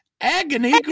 Agony